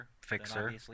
fixer